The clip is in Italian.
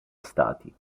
stati